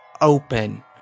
open